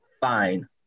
fine